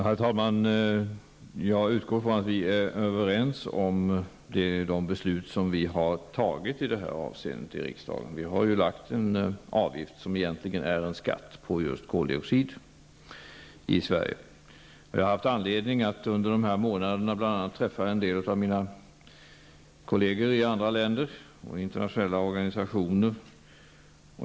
Herr talman! Jag utgår från att vi är överens om det beslut som vi har fattat i detta avseende i riksdagen. Vi har i Sverige beslutat om en avgift som egentligen är en skatt på just koldioxid. Jag har under de senaste månaderna haft anledning att träffa en del av mina kolleger i andra länder och representanter för internationella organisationer.